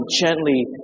gently